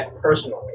personally